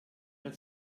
mehr